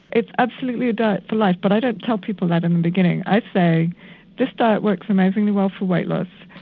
it's absolutely a diet for life but i don't tell people that in the beginning. i say this diet works amazingly well for weight loss,